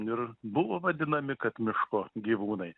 ir buvo vadinami kad miško gyvūnai